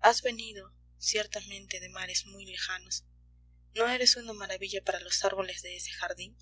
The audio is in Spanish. has venido ciertamente de mares muy lejanos no eres una maravilla para los árboles de ese jardín